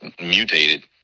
mutated